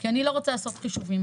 כי אני לא רוצה לעשות חישובים,